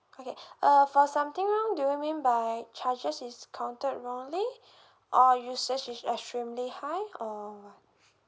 okay uh for something wrong do you mean by charges is counted wrongly or usage is extremely high or what